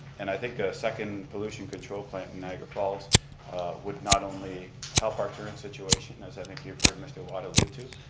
and i think a second pollution control plant in niagara falls would not only help our current situation as i think you've heard mr. watt alude to,